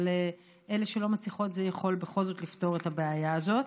זה יכול בכל זאת לפתור את הבעיה הזו.